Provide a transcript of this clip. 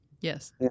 Yes